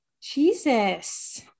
Jesus